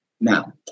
Now